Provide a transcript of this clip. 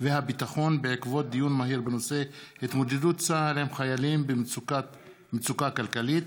13 בעד, אין מתנגדים,